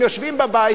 הם יושבים בבית,